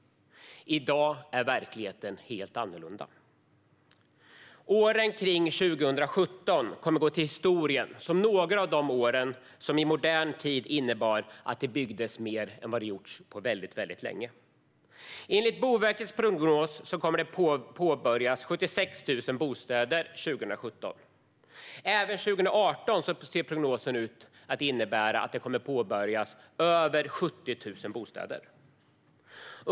I dag är verkligheten helt annorlunda. Åren kring 2017 kommer att gå till historien som några av de år i modern tid då det byggdes mer än på väldigt länge. Enligt Boverkets prognos kommer 76 000 bostäder att ha påbörjats under 2017. För 2018 ser det enligt prognosen ut som att över 70 000 bostäder kommer att påbörjas.